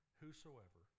whosoever